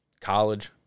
college